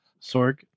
Sorg